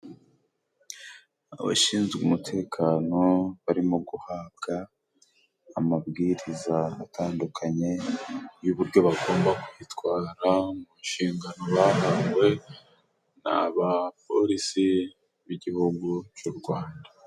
Abashinzwe umutekano barimo guhabwa amabwiriza atandukanye, y'uburyo bagomba kwitwara mu nshingano bahawe, ni abapolisi b'igihugu cy'u Rwanda.